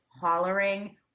hollering